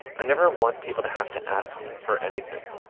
i never want people to have to ask for anything,